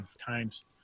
times